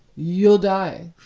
you'll die,